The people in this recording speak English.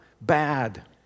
bad